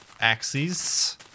axes